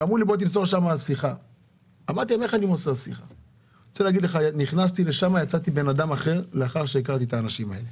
אני יכול להגיד לך שיצאתי משם בן אדם אחר לאחר שהכרתי את האנשים האלה.